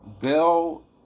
Bill